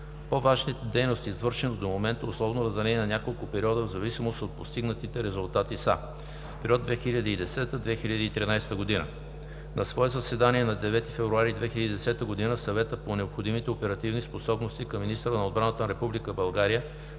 По-важните дейности, извършени до момента, условно разделени на няколко периода в зависимост от постигнатите резултати са: Период 2010 – 2013 г.: - на свое заседание на 9 февруари 2010 г. Съветът по необходимите оперативни способности към министъра на отбраната на Република България